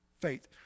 Faith